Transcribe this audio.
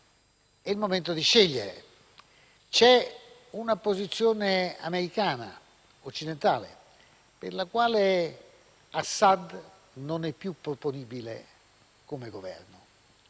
della nostra diplomazia. C'è una posizione americana e occidentale, per la quale Assad non è più proponibile come Governo;